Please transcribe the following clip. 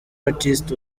artist